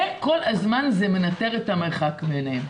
וכל הזמן זה מנטר את המרחק ביניהם.